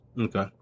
okay